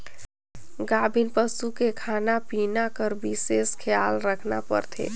गाभिन पसू के खाना पिना कर बिसेस खियाल रखना परथे